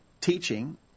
teaching